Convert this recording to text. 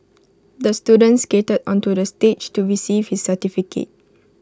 the student skated onto the stage to receive his certificate